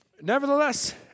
nevertheless